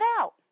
out